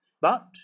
But